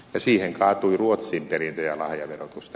ja siihen kaatui ruotsin perintö ja lahjaverotus